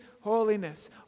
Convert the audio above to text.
holiness